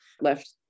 left